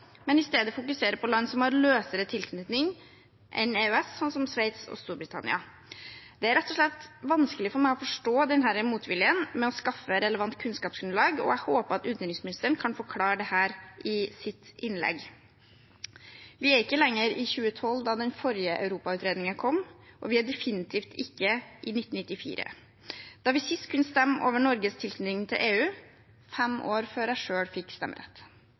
fokuserer på land som har en løsere tilknytning enn EØS, som Sveits og Storbritannia. Det er rett og slett vanskelig for meg å forstå denne motviljen mot å skaffe relevant kunnskapsgrunnlag, og jeg håper at utenriksministeren kan forklare dette i sitt innlegg. Vi er ikke lenger i 2012 da den forrige europautredningen kom, og vi er definitivt ikke i 1994 da vi sist kunne stemme over Norges tilknytning til EU, fem år før jeg selv fikk stemmerett.